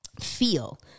feel